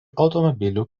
automobilių